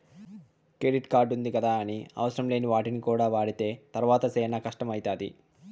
credit కార్డుంది గదాని అవసరంలేని వాటికి కూడా వాడితే తర్వాత సేనా కట్టం అయితాది